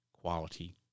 quality